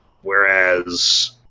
Whereas